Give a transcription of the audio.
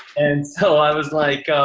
and so, i was like,